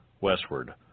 Westward